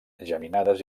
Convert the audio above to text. geminades